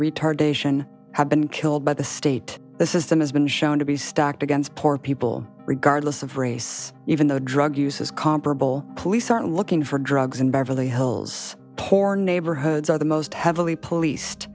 retardation have been killed by the state this is that has been shown to be stacked against poor people regardless of race even though drug use is comparable police aren't looking for drugs in beverly hills poor neighborhoods are the most heavily policed